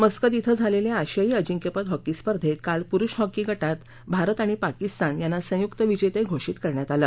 Muscat श्रि झालेल्या आशियाई अजिंक्यपद हॉकी स्पर्धेत काल प्रूष हॉकी गटात भारत आणि पाकिस्तान यांना संयुक्त विजेते घोषित करण्यात आलं